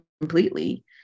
completely